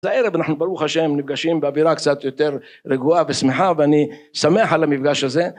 הערב אנחנו ברוך השם נפגשים באווירה קצת יותר רגועה ושמחה ואני שמח על המפגש הזה